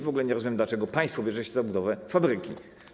W ogóle nie rozumiem, dlaczego państwo bierze się za budowę fabryki.